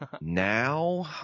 Now